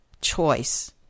choice